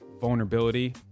vulnerability